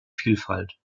vielfalt